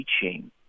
teaching